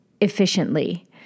efficiently